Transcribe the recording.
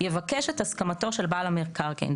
יבקש את הסכמתו של בעל המקרקעין.